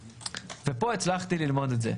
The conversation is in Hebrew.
ופה הצלחתי ללמוד את זה.